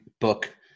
book